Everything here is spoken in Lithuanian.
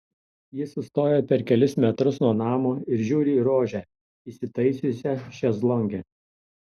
ji sustoja per kelis metrus nuo namo ir žiūri į rožę įsitaisiusią šezlonge